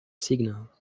signal